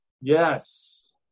yes